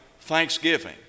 thanksgiving